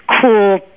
cool